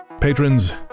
Patrons